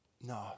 No